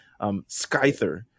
Skyther